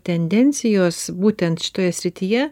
tendencijos būtent šitoje srityje